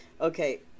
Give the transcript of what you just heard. Okay